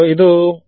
ಇದು ಒಂದು